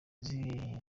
izihe